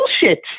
bullshit